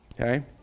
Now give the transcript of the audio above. Okay